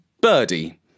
Birdie